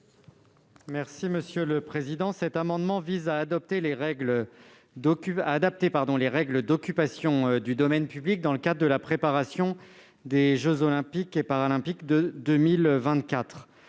M. Rémi Féraud. Cet amendement vise à adapter les règles d'occupation du domaine public dans le cadre de la préparation des jeux Olympiques et Paralympiques de 2024.